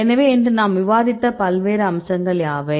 எனவே இன்று நாம் விவாதித்த பல்வேறு அம்சங்கள் யாவை